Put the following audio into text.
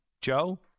Joe